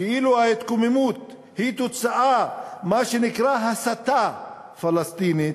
כאילו ההתקוממות היא תוצאה של מה שנקרא הסתה פלסטינית,